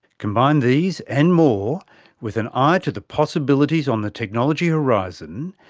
combine these and more with an ah eye to the possibilities on the technology horizon,